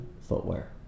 footwear